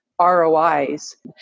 ROIs